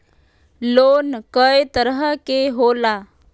Loan कय तरह के होला?